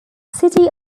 city